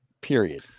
Period